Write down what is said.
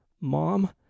Mom